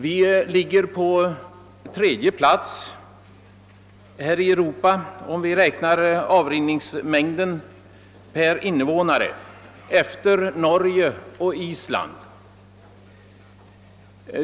Vi ligger på tredje plats här i Europa, efter Norge och Island, vad beträffar avrinningsmängden per invånare.